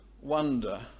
wonder